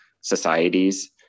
societies